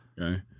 Okay